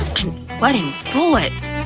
sweating bullets!